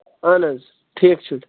اَہن حظ ٹھیٖک چھُ